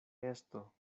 nesto